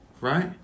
Right